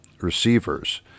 receivers